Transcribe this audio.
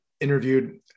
interviewed